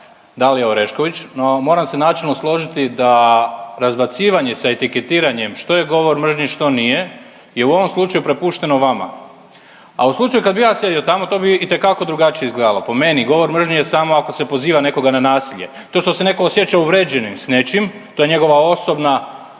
Dalija Orešković, no moram se načelno složiti da razbacivanje sa etiketiranjem što je govor mržnje što nije je u ovom slučaju prepušteno vama, a u slučaju kad bi ja sjedio tamo to bi itekako drugačije izgledalo. Po meni govor mržnje je samo ako se poziva nekoga na nasilje. To što se netko osjeća uvređenim s nečim to je njegova osobna,